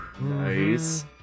Nice